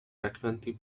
frequently